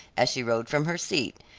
as she rose from her seat.